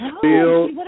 feel